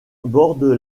borde